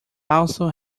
also